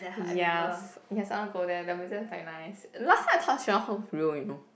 yes yes I want to go there the museum is very nice last time I thought Sherlock Holmes is real you know